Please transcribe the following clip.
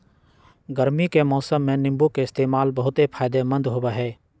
गर्मी के मौसम में नीम्बू के इस्तेमाल बहुत फायदेमंद होबा हई